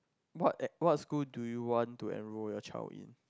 what what school do you want to enrol your child in